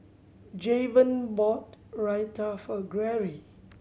Javon bought Raita for Gary